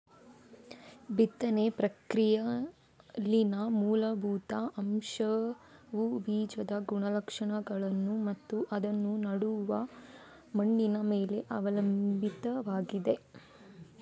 ಬಿತ್ತನೆ ಪ್ರಕ್ರಿಯೆಯಲ್ಲಿನ ಮೂಲಭೂತ ಅಂಶವುಬೀಜದ ಗುಣಲಕ್ಷಣಗಳನ್ನು ಮತ್ತು ಅದನ್ನು ನೆಡುವ ಮಣ್ಣಿನ ಮೇಲೆ ಅವಲಂಬಿತವಾಗಿದೆ